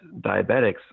diabetics